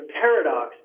paradox